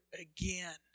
again